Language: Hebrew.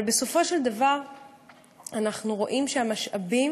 בסופו של דבר אנחנו רואים שהמשאבים